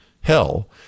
hell